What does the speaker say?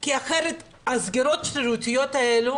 כי אחרת הסגירות השרירותיות האלה,